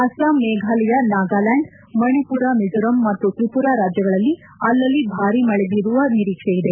ಅಸ್ಸಾಂ ಮೇಘಾಲಯ ನಾಗಾಲ್ಕಾಂಡ್ ಮಣಿಪುರ ಮಿಜೋರಾಂ ಮತ್ತು ತ್ರಿಪುರಾ ರಾಜ್ಯಗಳಲ್ಲಿ ಅಲ್ಲಲ್ಲಿ ಭಾರೀ ಮಳೆ ಬೀರುವ ನಿರೀಕ್ಷೆಯಿದೆ